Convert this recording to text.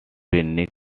been